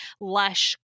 lush